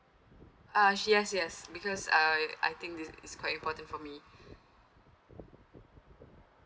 ah yes yes because I I think this is quite important for me